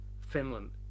Finland